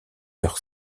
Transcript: heures